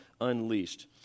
unleashed